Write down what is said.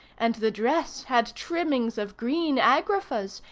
and the dress had trimmings of green agraffas,